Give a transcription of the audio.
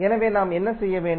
எனவே நாம் என்ன செய்வோம்